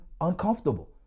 uncomfortable